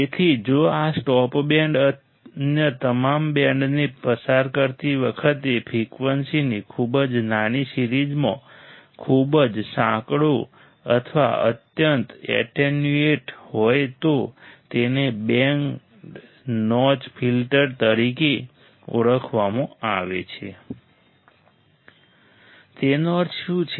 તેથી જો આ સ્ટોપ બેન્ડ અન્ય તમામ બેન્ડને પસાર કરતી વખતે ફ્રિકવન્સીની ખૂબ જ નાની સિરીઝમાં ખૂબ જ સાંકડો અથવા અત્યંત એટેન્યુએટેડ હોય તો તેને બેન્ડ નોચ ફિલ્ટર તરીકે વધારે ઓળખવામાં આવે છે તેનો અર્થ શું છે